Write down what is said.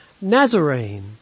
Nazarene